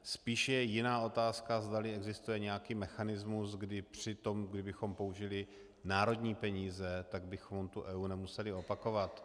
Spíš je jiná otázka, zdali existuje nějaký mechanismus, kdy při tom, kdybychom použili národní peníze, tak bychom tu EIA nemuseli opakovat.